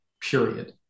period